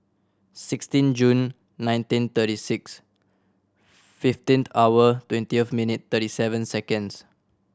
sixteen June nineteen thirty six fifteenth hour twenty of minute thirty seven seconds